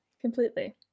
completely